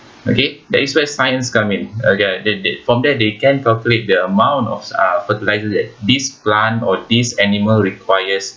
okay that is where science come in uh ya that that from there they can calculate the amount of uh fertilisers that these plant or these animals requires